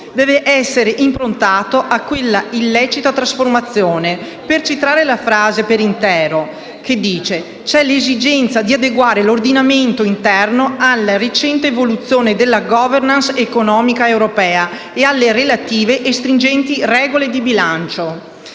deve essere improntato a questa illecita trasformazione. Per citare la frase per intero: «C'è l'esigenza di adeguare l'ordinamento interno alla recente evoluzione della *governance* economica europea e alle relative e stringenti regole di bilancio».